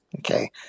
okay